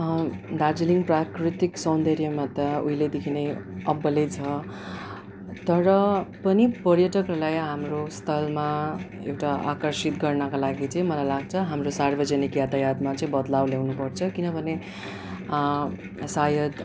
दार्जिलिङ प्राकृतिक सौन्दर्यमा त उहिलेदेखि नै अब्बलै छ तर पनि पर्यटकहरूलाई हाम्रो स्थलमा एउटा आकर्षित गर्नका लागि चाहिँ मलाई लाग्छ हाम्रो सार्वजानिक यातायातमा चाहिँ बद्लाव ल्याउनु पर्छ किनभने सायद